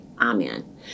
Amen